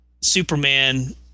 Superman –